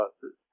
buses